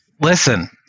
listen